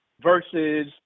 versus